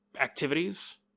activities